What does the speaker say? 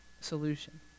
solution